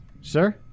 sir